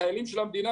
שהם חיילים של המדינה,